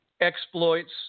exploits